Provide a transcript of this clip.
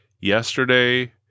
yesterday